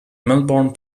melbourne